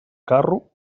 carro